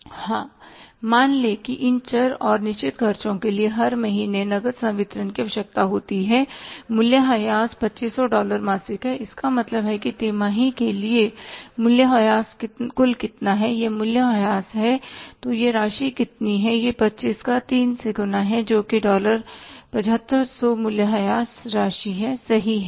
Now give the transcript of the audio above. हां मान लें कि इन चर और निश्चित खर्चों के लिए हर महीने नकद संवितरण की आवश्यकता होती है मूल्यह्रास 2500 डॉलर मासिक है इसका मतलब है कि तिमाही के लिए मूल्यह्रास कुल कितना है यह मूल्यह्रास है तो यह राशि कितनी है यह 25 का 3 से गुना हैजोकि डॉलर 7500 मूल्यह्रास राशि है सही है